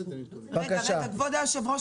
נתונים ------ כבוד היושב-ראש,